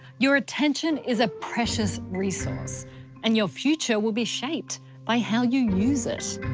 your attention is a precious resource and your future will be shaped by how you use it.